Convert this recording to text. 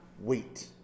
wait